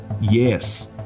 Yes